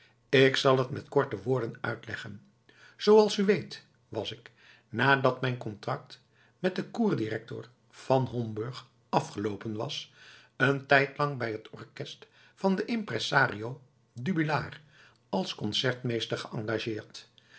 ik zal t met korte woorden uitleggen zooals u weet was ik nadat mijn contract met den kur director van homburg afgeloopen was een tijdlang bij het orkest van den impressario dubillard als concertmeester geëngageerd